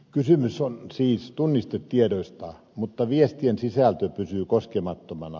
kysymys on siis tunnistetiedoista mutta viestien sisältö pysyy koskemattomana